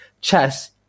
chess